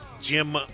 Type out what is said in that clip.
Jim